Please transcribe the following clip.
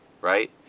right